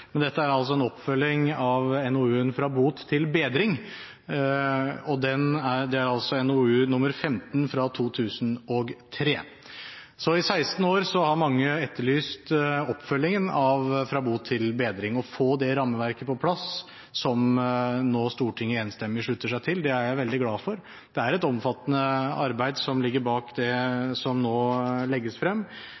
men dette er en oppfølging av NOU 2003: 15 Fra bot til bedring. I 16 år har mange etterlyst oppfølgingen av Fra bot til bedring og å få det rammeverket på plass som Stortinget nå enstemmig slutter seg til. Det er jeg veldig glad for. Det er et omfattende arbeid som ligger bak det